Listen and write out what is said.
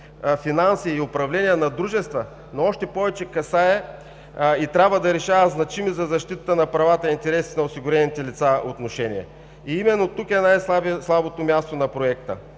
финанси и управление на дружества, но още повече касае и трябва да решава значими за защитата на правата и интересите на осигурените лица отношения. И именно тук е най-слабото място на Проекта: